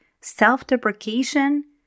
self-deprecation